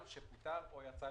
למצוא איזושהי דרך להגביל אותו.